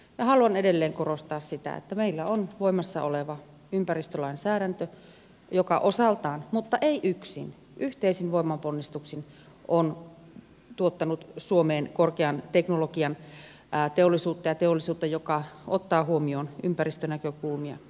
haluan edelleen korostaa sitä että meillä on voimassa oleva ympäristölainsäädäntö joka osaltaan mutta ei yksin yhteisin voimanponnistuksin on tuottanut suomeen korkean teknologian teollisuutta ja teollisuutta joka ottaa huomioon ympäristönäkökulmia